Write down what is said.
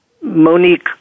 Monique